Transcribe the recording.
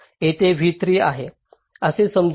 येथे v3 आहे असे समजू